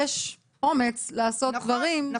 יש אומץ לעשות דברים שלא עשו בפעם הקודמת.